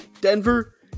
Denver